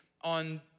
on